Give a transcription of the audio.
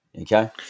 okay